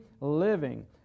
living